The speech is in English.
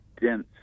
dense